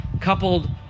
coupled